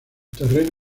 terreno